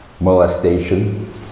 Molestation